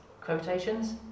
quotations